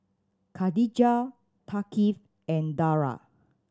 Khadija Thaqif and Dara